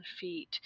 feet